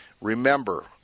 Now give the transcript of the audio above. Remember